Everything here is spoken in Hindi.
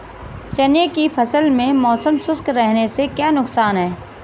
चने की फसल में मौसम शुष्क रहने से क्या नुकसान है?